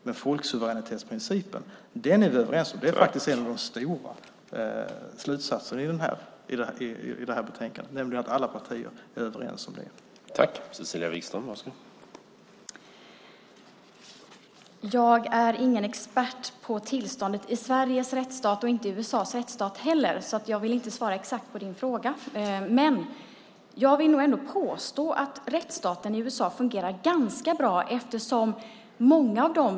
Men folksuveränitetsprincipen är vi överens om, och en av de stora slutsatserna i det här betänkandet är faktiskt att alla partier är överens om detta.